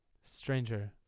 Stranger